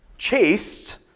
chased